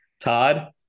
Todd